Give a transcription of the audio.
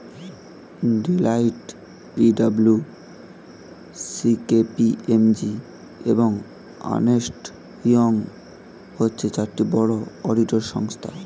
Deloitte, P W C, K P M G, এবং Ernst Young হচ্ছে চারটি বড় অডিটর সংস্থা